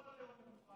שעל כל יום הוא מוכן,